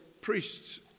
priests